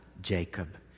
Jacob